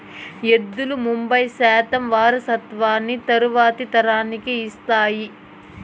ఎద్దులు యాబై శాతం వారసత్వాన్ని తరువాతి తరానికి ఇస్తాయి